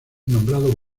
nombrado